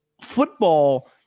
football